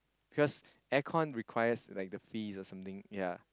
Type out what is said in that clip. because air con requires the fees or something yea